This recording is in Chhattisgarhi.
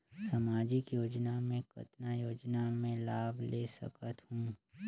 समाजिक योजना मे कतना योजना मे लाभ ले सकत हूं?